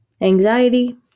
Anxiety